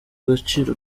agaciro